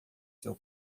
seu